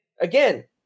again